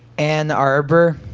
ann arbor